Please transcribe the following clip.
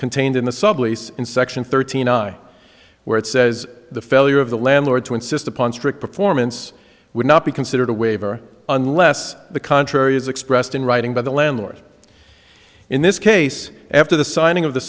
contained in the sublease in section thirty nine where it says the failure of the landlord to insist upon strict performance would not be considered a waiver unless the contrary is expressed in writing by the landlord in this case after the signing of the